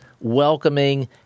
welcoming